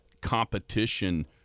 competition